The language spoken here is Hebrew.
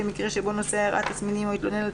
למקרה שבו נוסע הראה תסמינים או התלונן עלן